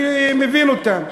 אני מבין אותם.